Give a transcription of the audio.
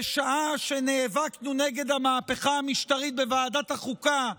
בשעה שנאבקנו נגד המהפכה המשטרית בוועדת החוקה,